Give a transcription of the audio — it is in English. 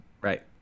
Right